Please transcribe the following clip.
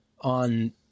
on